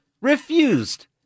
refused